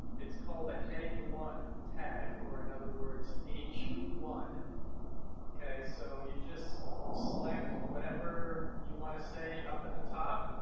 it's called a heading one tag or in other words h one okay so you just select whatever you want to say up at the top